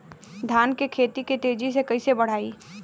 धान क खेती के तेजी से कइसे बढ़ाई?